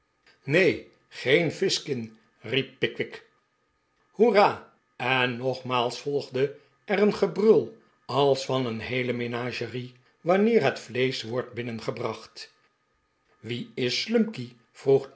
neen geen fizkin riep pickwick hoera en nogmaals volgde er een gebrul als van een heele menagerie wanneer het vleesch wordt binnengebracht wie is